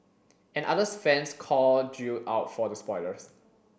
and others fans called Jill out for the spoilers